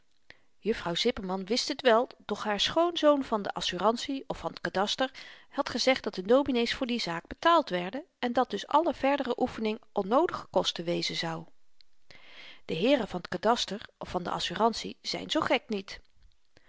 juffrouw zipperman wist t wel doch haar schoonzoon van de assurantie of van t kadaster had gezegd dat de dominees voor die zaak betaald werden en dat dus alle verdere oefening onnoodige kosten wezen zou die heeren van t kadaster of van de assurantie zyn zoo gek niet